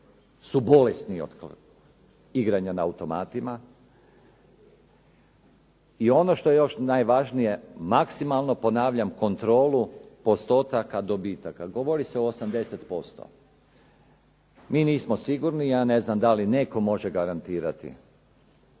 su bolesni od igranja na automatima. I ono što je još najvažnije, maksimalno ponavljam kontrolu postotaka dobitaka. Govori se o 80%. Mi nismo sigurni, ja ne znam da li netko može garantirati